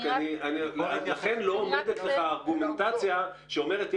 לכן לא עומדת לך הארגומנטציה שאומרת,